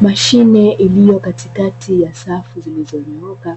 Mashine iliyokatikati ya safu zilizonyooka